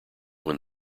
when